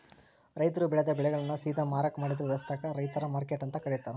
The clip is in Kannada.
ರೈತರು ಬೆಳೆದ ಬೆಳೆಗಳನ್ನ ಸೇದಾ ಮಾರಾಕ್ ಮಾಡಿದ ವ್ಯವಸ್ಥಾಕ ರೈತರ ಮಾರ್ಕೆಟ್ ಅಂತ ಕರೇತಾರ